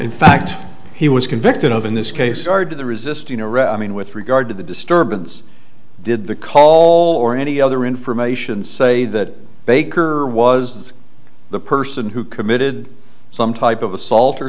fact he was convicted of in this case are the resisting arrest i mean with regard to the disturbance did the call or any other information say that baker was the person who committed some type of assault or